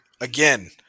again